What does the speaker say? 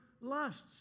lusts